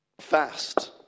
Fast